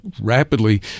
rapidly